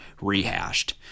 rehashed